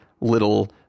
little